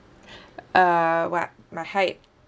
uh what my height